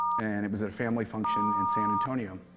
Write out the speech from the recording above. and it was at a family function in san antonio.